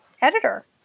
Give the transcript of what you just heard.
editor